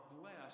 blessed